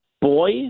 boy